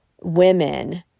women